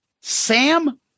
Sam